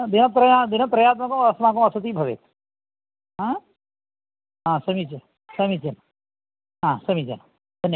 दिनत्रया दिनत्रयात्मकम् अस्माकं वसतिः भवेत् हा हा समीचीनं समीचीनं हा समीचीनं धन्य